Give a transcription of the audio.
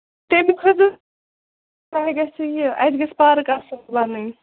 تیٚمہِ خٲطرٕ تۅہہِ گژھِ یہِ اَسہِ گژھِ پارَک اَصٕل بنٕنۍ